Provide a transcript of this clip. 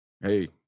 hey